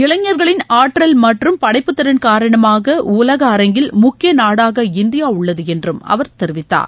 இளைஞர்களின் ஆற்றல் மற்றும் படைப்புத்திறன் காரணமாக உலக அரங்கில் முக்கிய நாடாக இந்தியா உள்ளது என்றும் அவர் தெரிவித்தார்